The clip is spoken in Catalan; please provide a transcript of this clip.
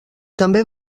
també